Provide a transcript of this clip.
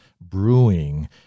brewing